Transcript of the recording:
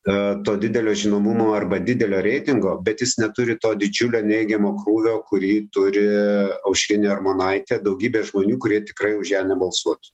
a to didelio žinomumo arba didelio reitingo bet jis neturi to didžiulio neigiamo krūvio kurį turi aušrinė armonaitė daugybė žmonių kurie tikrai už ją nebalsuotų